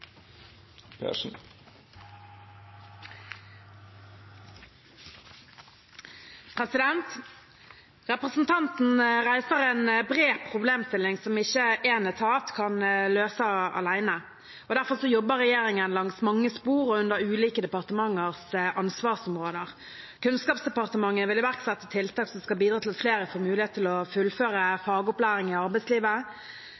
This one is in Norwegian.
opp. Representanten reiser en bred problemstilling som ikke én etat kan løse alene. Derfor jobber regjeringen langs mange spor og under ulike departementers ansvarsområder. Kunnskapsdepartementet vil iverksette tiltak som skal bidra til at flere får mulighet til å fullføre